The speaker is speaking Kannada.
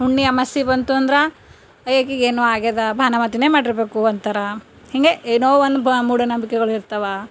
ಹುಣ್ಣಿ ಅಮಾಸಿ ಬಂತು ಅಂದ್ರೆ ಏ ಆಕಿಗೆ ಏನೋ ಆಗ್ಯದ ಭಾನಮತಿನೇ ಮಾಡಿರಬೇಕು ಅಂತಾರೆ ಹೀಗೇ ಏನೋ ಒಂದು ಬ ಮೂಢನಂಬಿಕೆಗಳಿರ್ತಾವ